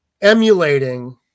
emulating